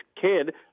kid